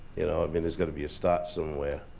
you know, i mean there's got to be a start somewhere.